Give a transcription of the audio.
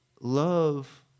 love